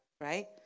right